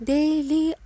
Daily